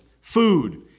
food